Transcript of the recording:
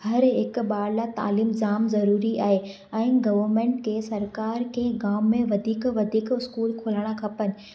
हर हिकु ॿार लाइ तालीम जाम ज़रूरी आहे ऐं गवमेंट खे सरकारि खे गांव में वघीक वधीक स्कूल खोलणु खपेनि